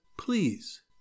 please